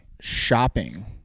Shopping